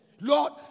Lord